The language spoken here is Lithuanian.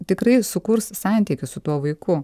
tikrai sukurs santykį su tuo vaiku